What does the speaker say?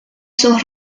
sus